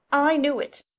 i knew it!